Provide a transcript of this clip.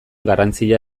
garrantzia